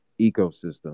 ecosystem